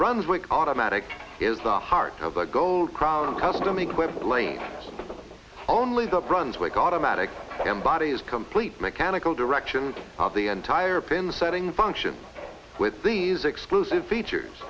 brunswick automatic is the heart of the gold crown custom equipped lane only the brunswick automatic embodies complete mechanical direction of the entire pin the setting function with these exclusive features